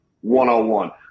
one-on-one